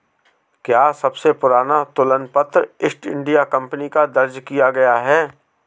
क्या सबसे पुराना तुलन पत्र ईस्ट इंडिया कंपनी का दर्ज किया गया है?